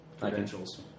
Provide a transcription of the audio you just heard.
credentials